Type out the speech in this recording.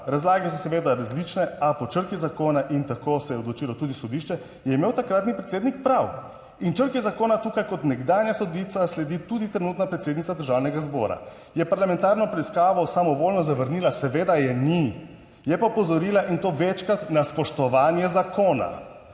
Razlage so seveda različne, a po črki zakona, in tako se je odločilo tudi sodišče, je imel takratni predsednik prav in črki zakona tukaj kot nekdanja sodnica sledi tudi trenutna predsednica Državnega zbora. Je parlamentarno preiskavo samovoljno zavrnila? Seveda je ni, Je pa opozorila in to večkrat, na spoštovanje zakona.